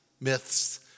myths